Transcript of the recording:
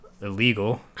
illegal